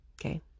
Okay